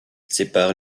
sépare